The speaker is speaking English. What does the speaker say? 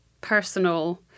personal